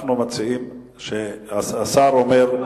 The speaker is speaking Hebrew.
אנחנו מציעים, השר אומר,